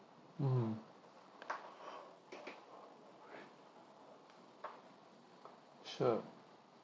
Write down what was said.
mmhmm sure